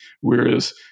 whereas